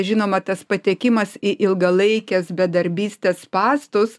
žinoma tas patekimas į ilgalaikės bedarbystės spąstus